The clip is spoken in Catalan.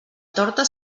torta